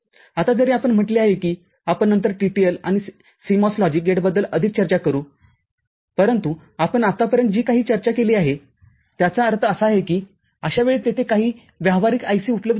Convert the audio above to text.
आता जरी आपण म्हटले आहे की आपण नंतर TTL आणि CMOS लॉजिक गेटबद्दल अधिक चर्चा करूपरंतु आपण आतापर्यंत जी काही चर्चा केली आहे त्याचा अर्थ असा आहे की अशा वेळी तेथे काही व्यावहारिक IC उपलब्ध आहे का